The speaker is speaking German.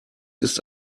ist